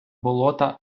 болота